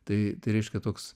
tai tai reiškia toks